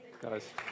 guys